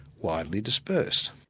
widely dispersed.